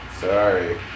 Sorry